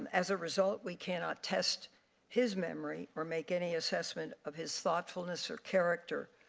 as a result, we cannot test his memory, or make any assessment of his thoughtfulness or character.